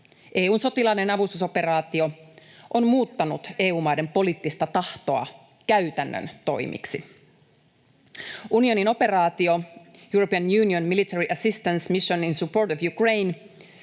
EU:n sotilaallinen avustusoperaatio on muuttanut EU-maiden poliittista tahtoa käytännön toimiksi. Unionin operaatio European Union Military Assistance Mission in Support of Ukraine